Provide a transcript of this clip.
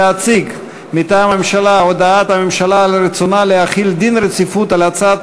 להציג מטעם הממשלה: הודעת הממשלה על רצונה להחיל דין רציפות על הצעת